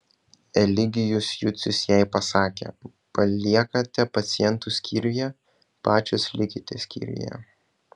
eligijus jucius jai pasakė paliekate pacientus skyriuje pačios likite skyriuje